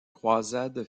croisades